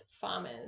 farmers